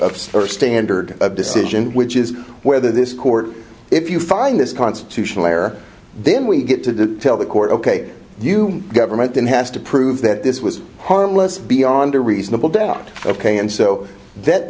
standard of decision which is whether this court if you find this constitutional or then we get to tell the court ok you government then has to prove that this was harmless beyond a reasonable doubt ok and so that